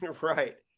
Right